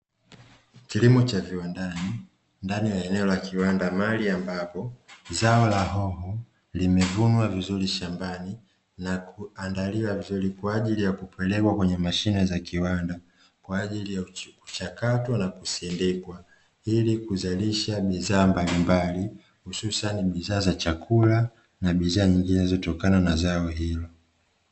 Kilimo cha viwandani ndani ya eneo la kiwanda mahali ambapo zao la hoho, limevunwa vizuri shambani na kuandaliwa vizuri kwa ajili yakupelekwa kwenye mashine za kiwanda, kwa ajili ya kuchakatwa na kusindikwa, ili kuzalisha bidhaa mbalimbali, hususani bidhaa za chakula na bidhaa nyingine zinazotokana na zao hilo.